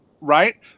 Right